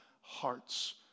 heart's